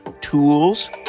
tools